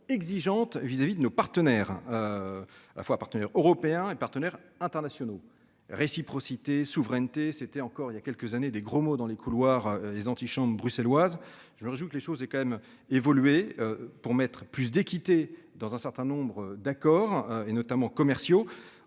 exigeante vis-à-vis de nos partenaires. À la fois partenaires européens et partenaires internationaux réciprocité souveraineté c'était encore il y a quelques années, des gros mots dans les couloirs et les antichambres bruxelloise Georges ou que les choses et quand même évolué. Pour mettre plus d'équité dans un certain nombre d'accord et notamment commerciaux